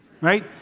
right